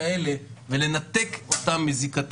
ואנחנו מאחלים לו הצלחה.